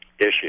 issue